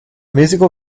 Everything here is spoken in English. musical